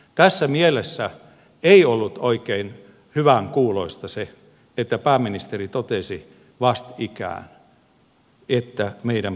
tässä mielessä ei ollut oikein hyvänkuuloista se että pääministeri totesi vastikään että meidän päätöksentekomme on rikki